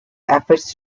efforts